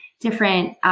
different